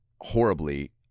horribly